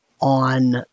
on